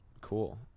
Cool